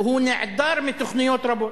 הוא נעדר מתוכניות רבות,